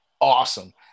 awesome